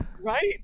right